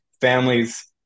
families